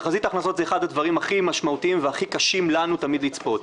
תחזית ההכנסות זה אחד הדברים הכי משמעותיים והכי קשים לנו תמיד לצפות.